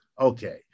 Okay